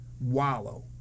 wallow